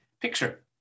picture